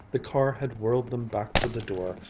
the car had whirled them back to the door,